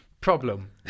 Problem